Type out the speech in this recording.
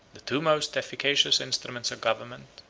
the two most efficacious instruments of government,